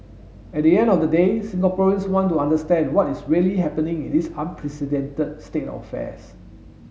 at the end of the day Singaporeans want to understand what is really happening in this unprecedented state of affairs